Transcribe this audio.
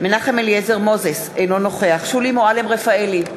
מנחם אליעזר מוזס, אינו נוכח שולי מועלם-רפאלי,